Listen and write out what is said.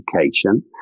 education